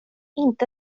inte